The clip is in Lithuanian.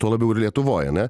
to labiau ir lietuvoj ane